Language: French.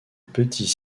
petits